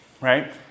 right